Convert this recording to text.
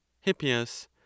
Hippias